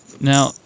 Now